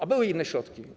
A były inne środki.